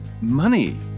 Money